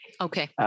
Okay